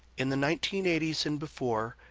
in the nineteen eighty s and before,